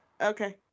Okay